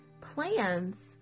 plans